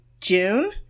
June